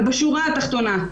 אבל בשורה התחתונה,